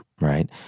right